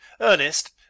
Ernest